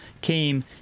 came